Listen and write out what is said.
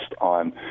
on